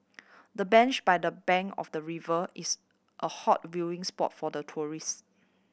the bench by the bank of the river is a hot viewing spot for the tourist